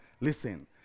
listen